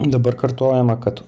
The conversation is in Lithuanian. dabar kartojama kad